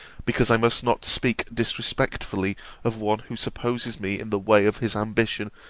because i must not speak disrespectfully of one who supposes me in the way of his ambition,